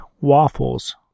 waffles